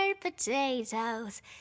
potatoes